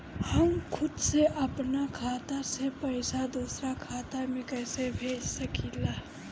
हम खुद से अपना खाता से पइसा दूसरा खाता में कइसे भेज सकी ले?